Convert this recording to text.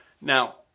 Now